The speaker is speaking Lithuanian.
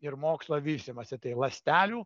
ir mokslo vystymąsi tai ląstelių